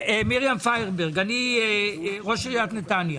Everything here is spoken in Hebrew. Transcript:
מרים פיירברג, ראש עיריית נתניה.